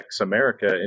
America